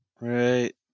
Right